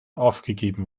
aufgegeben